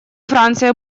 франция